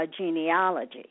genealogy